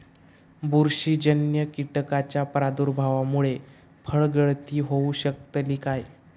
बुरशीजन्य कीटकाच्या प्रादुर्भावामूळे फळगळती होऊ शकतली काय?